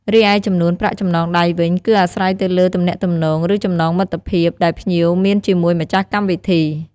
រីឯចំនួនប្រាក់ចំណងដៃវិញ គឺអាស្រ័យទៅលើទំនាក់ទំនង ឬ ចំណងមិត្តភាពដែលភ្ញៀវមានជាមួយម្ចាស់កម្មវិធី។